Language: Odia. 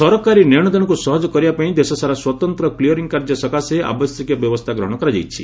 ସରକାରୀ ନେଶଦେଶକୁ ସହଜ କରିବା ପାଇଁ ଦେଶ ସାରା ସ୍ୱତନ୍ତ୍ର କ୍ରିୟରିଂ କାର୍ଯ୍ୟ ସକାଶେ ଆବଶ୍ୟକୀୟ ବ୍ୟବସ୍ଥା ଗ୍ରହଣ କରାଯାଇଛି